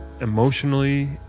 emotionally